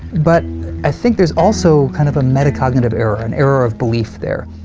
but i think there's also kind of a meta-cognitive error, an error of belief there.